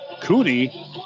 Cooney